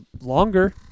longer